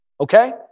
Okay